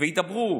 וידברו